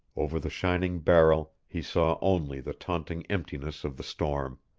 over the shining barrel he saw only the taunting emptiness of the storm.